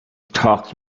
talked